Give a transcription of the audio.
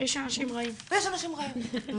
ויש אנשים רעים.